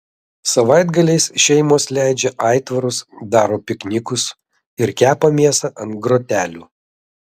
savaitgaliais šeimos leidžia aitvarus daro piknikus ir kepa mėsą ant grotelių